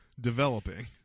Developing